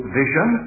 vision